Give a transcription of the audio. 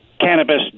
cannabis